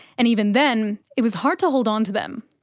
and even then it was hard to hold on to them.